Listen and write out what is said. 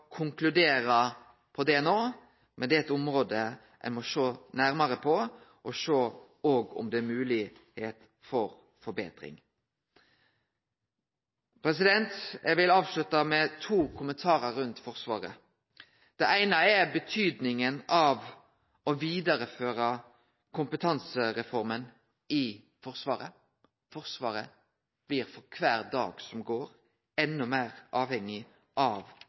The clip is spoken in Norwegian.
konkludere på dette no, men dette er eit område ein må nærare på, og òg sjå på om det er moglegheiter for forbetring. Eg vil avslutte med to kommentarar rundt Forsvaret. Dei eine er betydninga av å vidareføre kompetansereforma i Forsvaret. Forsvaret blir for kvar dag som går, enda meir avhengig av